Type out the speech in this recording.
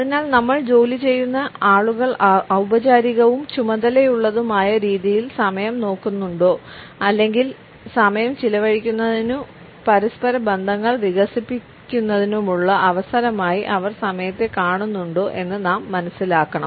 അതിനാൽ നമ്മൾ ജോലിചെയ്യുന്ന ആളുകൾ ഔപചാരികവും ചുമതലയുള്ളതുമായ രീതിയിൽ സമയം നോക്കുന്നുണ്ടോ അല്ലെങ്കിൽ സമയം ചെലവഴിക്കുന്നതിനും പരസ്പര ബന്ധങ്ങൾ വികസിപ്പിക്കുന്നതിനുമുള്ള അവസരമായി അവർ സമയത്തെ കാണുന്നുണ്ടോ എന്ന് നാം മനസ്സിലാക്കണം